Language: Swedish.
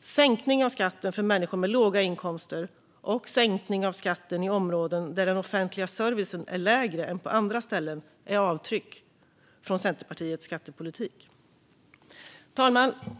Sänkning av skatten för människor med låga inkomster och sänkning av skatten i områden där den offentliga servicen är lägre än på andra ställen är avtryck från Centerpartiets skattepolitik. Fru talman!